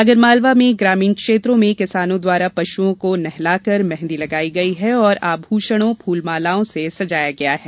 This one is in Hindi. आगरमालवा में ग्रामीण क्षेत्रों में किसानों द्वारा पशुओं को नहलाकर मेंहदी लगाई गई है और आभूषणों फुलमालाओं से सजाया गया है